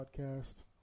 podcast